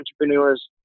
entrepreneurs